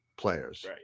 players